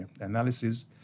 analysis